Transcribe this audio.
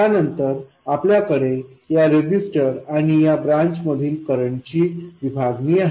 त्यानंतर आपल्याकडे या रजिस्टर आणि या ब्रांच मधील करंट ची विभागणी आहे